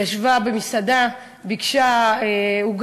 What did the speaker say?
היא ישבה במסעדה, ביקשה עוגה,